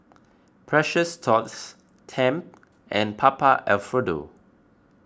Precious Thots Tempt and Papa Alfredo